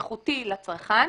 איכותי לצרכן.